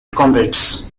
comrades